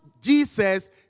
Jesus